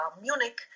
Munich